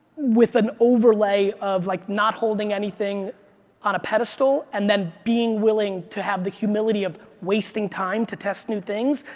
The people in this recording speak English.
with an overlay of like not holding anything on a pedestal and then being willing to have the humility of wasting time to test new things.